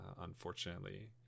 unfortunately